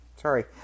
sorry